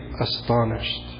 astonished